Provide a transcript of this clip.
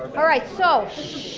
alright so shhh